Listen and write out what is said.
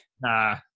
Nah